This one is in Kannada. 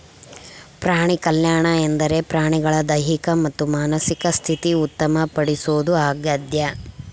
ಪ್ರಾಣಿಕಲ್ಯಾಣ ಎಂದರೆ ಪ್ರಾಣಿಗಳ ದೈಹಿಕ ಮತ್ತು ಮಾನಸಿಕ ಸ್ಥಿತಿ ಉತ್ತಮ ಪಡಿಸೋದು ಆಗ್ಯದ